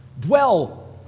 dwell